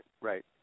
Right